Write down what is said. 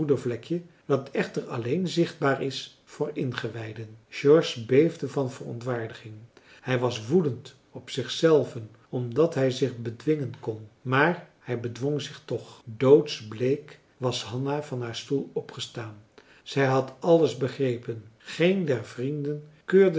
moedervlekje dat echter alleen zichtbaar is voor ingewijden george beefde van verontwaardiging hij was woedend op zichzelven omdat hij zich bedwingen kon maar hij bedwong zich toch marcellus emants een drietal novellen doodsbleek was hanna van haar stoel opgestaan zij had alles begrepen geen der vrienden keurde